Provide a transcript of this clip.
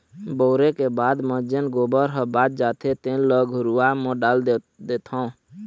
बउरे के बाद म जेन गोबर ह बाच जाथे तेन ल घुरूवा म डाल देथँव